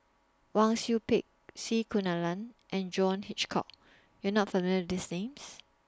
Wang Sui Pick C Kunalan and John Hitchcock YOU Are not familiar with These Names